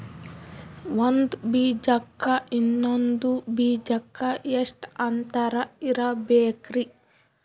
ಒಂದ್ ಬೀಜಕ್ಕ ಇನ್ನೊಂದು ಬೀಜಕ್ಕ ಎಷ್ಟ್ ಅಂತರ ಇರಬೇಕ್ರಿ?